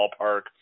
ballpark